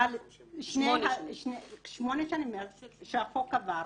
שמונה שנים מאז שהחוק עבר,